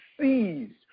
seized